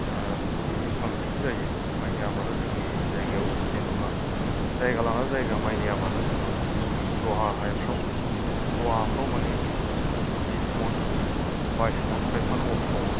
ओ गुबैयै बांसिन जायो माइनि आबादा जोंनि जायगायाव जेन'बा जायगा लानानै जायगा माइनि आबादा जोंनाव दहा हाफ्राव दहा हाफ्राव माने बिस बिस मन बाइस मन खायफाना अथ्र'मन